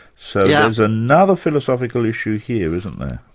so there's another philosophical issue here, isn't there?